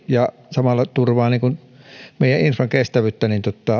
ja samalla turvaa meidän infran kestävyyttä